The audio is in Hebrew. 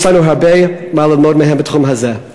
יש לנו הרבה מה ללמוד מהם בתחום הזה.